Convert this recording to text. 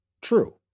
True